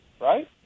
Right